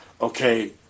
okay